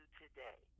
today